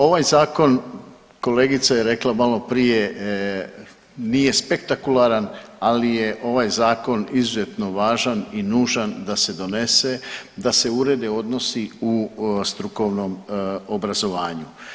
Ovaj zakon kolegica je rekla malo prije nije spektakularan, ali je ovaj zakon izuzetno važan i nužan da se donese, da se urede odnosi u strukovnom obrazovanju.